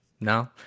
No